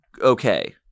okay